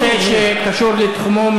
הנקודה השנייה בנושא שקשור לתחומו,